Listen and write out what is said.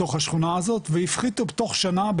בתוך השכונה הזאת והפחיתו בתוך שנה,